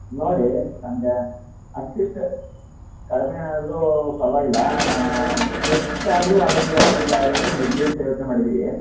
ನೋಡಿ ನನಗೆ ಅಟ್ಲೀಸ್ಟ್ ಕಡಿಮೆ ಆದರೂ ಪರವಾಗಿಲ್ಲ ಎಷ್ಟಾದ್ರೂ ಅದೊಂದು ಅದೊಂದು ಐಟಮ್ ಇರಲಿ ಅಂತ ಯೋಚನೆ ಮಾಡಿದ್ದೀವಿ